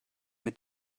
mit